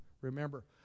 remember